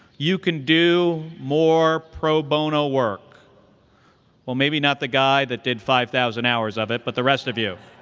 you can do more pro bono work well, maybe not the guy that did five thousand hours of it, but the rest of you.